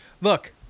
look